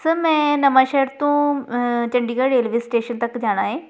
sir ਮੈਂ ਨਵਾਂ ਸ਼ਹਿਰ ਤੋਂ Chandigarh railway station ਤੱਕ ਜਾਣਾ ਏ